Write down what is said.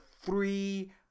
three